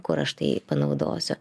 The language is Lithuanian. kur aš tai panaudosiu